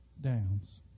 downs